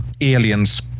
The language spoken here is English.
aliens